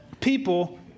people